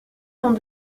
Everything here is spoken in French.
dans